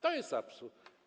To jest absurd.